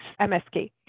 MSK